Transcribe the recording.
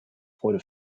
freude